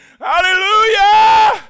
Hallelujah